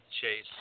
Chase